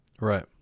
Right